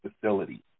facility